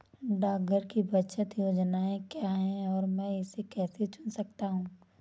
डाकघर की बचत योजनाएँ क्या हैं और मैं इसे कैसे चुन सकता हूँ?